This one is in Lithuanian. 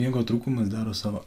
miego trūkumas daro savo